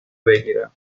بگیرم